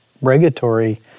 regulatory